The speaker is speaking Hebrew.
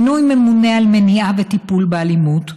מינוי ממונה על מניעה וטיפול באלימות,